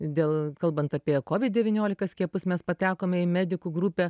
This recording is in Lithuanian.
dėl kalbant apie covid devyniolika skiepus mes patekome į medikų grupę